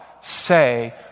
say